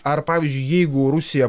ar pavyzdžiui jeigu rusija